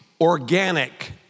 organic